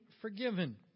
forgiven